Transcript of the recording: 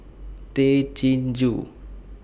Tay Chin Joo